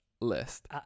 list